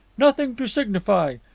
nothing to signify.